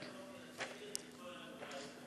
מייצגת את כל החברה הישראלית.